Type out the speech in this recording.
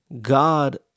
God